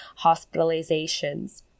hospitalizations